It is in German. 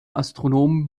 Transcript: astronomen